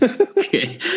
Okay